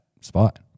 spot